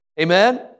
Amen